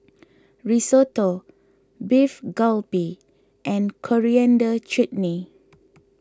Risotto Beef Galbi and Coriander Chutney